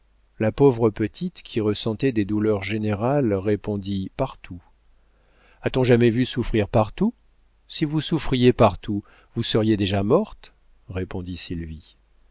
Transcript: la pauvre petite qui ressentait des douleurs générales répondit partout a-t-on jamais vu souffrir partout si vous souffriez partout vous seriez déjà morte répondit